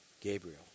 Gabriel